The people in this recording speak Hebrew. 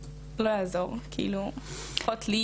זה לא יעזור, כאילו לפחות לי